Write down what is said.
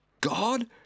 God